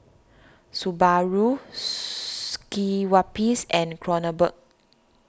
Subaru Schweppes and Kronenbourg